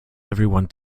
everyone